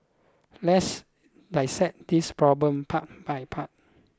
let's dissect this problem part by part